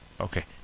Okay